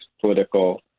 political